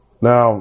Now